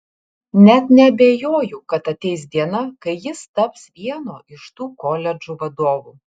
net neabejoju kad ateis diena kai jis taps vieno iš tų koledžų vadovu